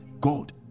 God